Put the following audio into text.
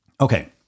Okay